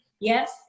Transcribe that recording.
Yes